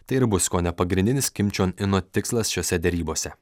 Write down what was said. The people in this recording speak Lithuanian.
tai ir bus kone pagrindinis kim čion ino tikslas šiose derybose